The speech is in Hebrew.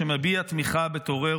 שמביע תמיכה בטרור,